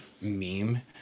meme